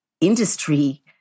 industry